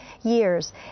years